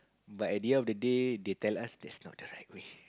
but at the end of the day they tell us that's not the right way